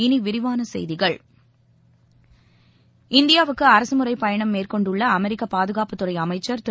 இனி விரிவான செய்திகள் இந்தியாவுக்கு அரசுமுறை பயணம் மேற்கொண்டுள்ள அமெரிக்க பாதுகாப்புத்துறை அமைச்சர் திரு